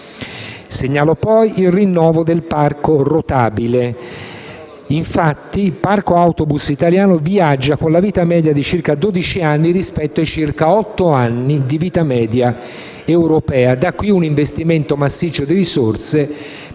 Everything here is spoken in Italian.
Segnalo, poi, il rinnovo del parco rotabile: infatti, il parco autobus italiano viaggia con una vita media di circa dodici anni rispetto ai circa otto anni di vita media in Europa; da qui un investimento massiccio di risorse